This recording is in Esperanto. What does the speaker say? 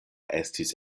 estis